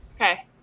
Okay